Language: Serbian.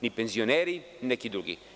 Ni penzioneri, ni neki drugi.